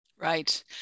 Right